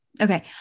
Okay